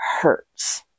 hurts